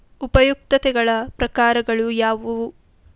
ಉಪಯುಕ್ತತೆಗಳ ಪ್ರಕಾರಗಳು ಯಾವುವು?